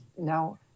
now